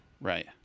Right